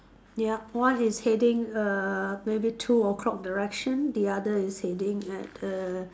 yup one is heading err maybe two O-clock direction the other is heading at err